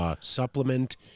supplement